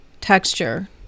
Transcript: texture